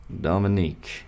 Dominique